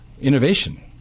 innovation